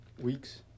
weeks